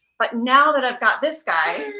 but now that i've got this guy,